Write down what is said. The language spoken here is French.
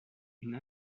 une